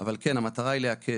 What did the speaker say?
אבל כן המטרה היא להקל.